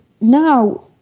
now